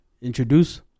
introduce